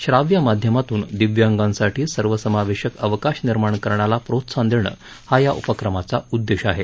श्राव्य माध्यमातून दिव्यांगांसाठी सर्वसमावेशक अवकाश निर्माण करण्याला प्रोत्साहन देणं हा या उपक्रमाचा उद्देश आहे